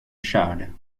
charles